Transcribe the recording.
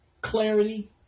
clarity